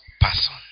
person